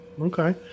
Okay